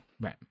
Right